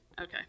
Okay